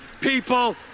people